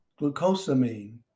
glucosamine